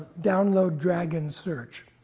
download dragon search.